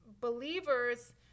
believers